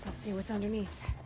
see what's underneath.